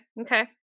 Okay